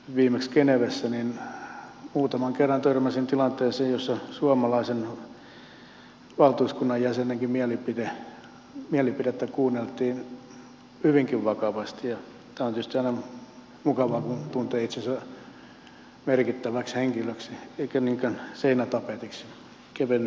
viimeksi genevessä muutaman kerran törmäsin tilanteeseen jossa myös suomalaisen valtuuskunnan jäsenen mielipidettä kuunneltiin hyvinkin vakavasti ja tämä on tietysti aina mukavaa kun tuntee itsensä merkittäväksi henkilöksi eikä niinkään seinätapetiksi kevennys sallittakoon